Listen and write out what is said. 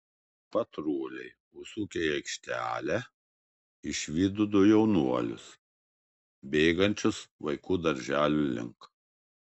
patruliai užsukę į aikštelę išvydo du jaunuolius bėgančius vaikų darželio link